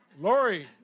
Lori